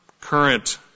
current